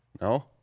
No